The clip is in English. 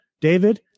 david